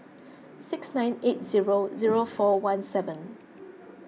six nine eight zero zero four one seven